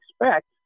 expect